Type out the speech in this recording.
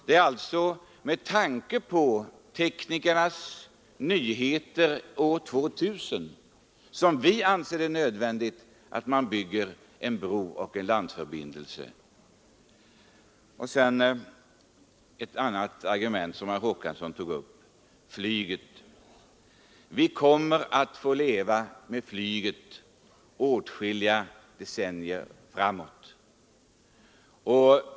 Det är alltså med tanke på teknikernas nyheter och år 2000 som man anser det nödvändigt att bygga en bro och en landförbindelse. Ett annat argument som herr Håkansson tog upp gällde flyget. Vi kommer att få leva med flyget åtskilliga decennier framåt.